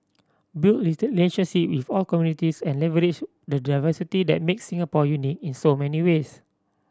build with all communities and leverage the diversity that makes Singapore unique in so many ways